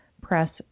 Press